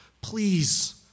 Please